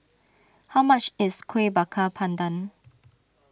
how much is Kueh Bakar Pandan